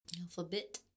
alphabet